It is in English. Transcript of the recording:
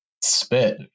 spit